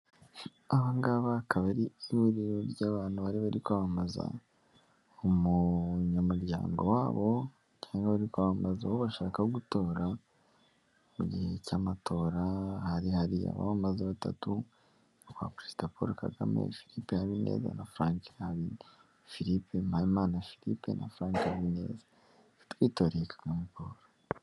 Abanga akaba akaba ari ihuriro ry'abantu bari bari kwamamaza umunyamuryango wabo cyangwa bari kwamamaza abo bashaka gutora, mu gihe cy'amatora hari hari abamaza batatu nka perezida Paul kagame, philpe Habineza nadetse na Frank Habineza philippe Muhayimana philippe na Frank Habineza twitoreye Kagame Poul.